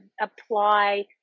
apply